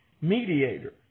mediator